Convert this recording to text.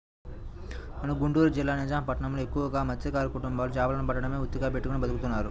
మన గుంటూరు జిల్లా నిజాం పట్నంలో ఎక్కువగా మత్స్యకార కుటుంబాలు చేపలను పట్టడమే వృత్తిగా పెట్టుకుని బతుకుతున్నారు